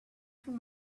from